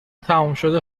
تمومشده